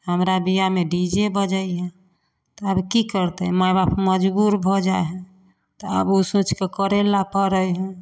हमरा बिआहमे D J बजैहिए तब आब कि करतै माइ बाप मजबूर भऽ जाए हइ तब आब ओ सोचिके करैलए पड़ै हइ